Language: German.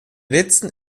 letzten